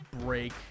break